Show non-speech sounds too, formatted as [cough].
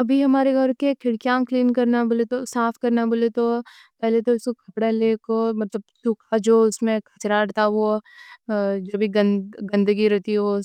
ابھی ہمارے گھر کی کھڑکیاں کلین کرنا بولے تو، صاف کرنا بولے تو پہلے تو سُکھّے۔ پہلے تو کپڑا لینے کو، مطلب اس میں جو چراند تھا، جو بھی [hesitation] گندگی رہتی ہے، وہ